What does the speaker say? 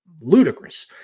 ludicrous